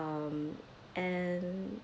um and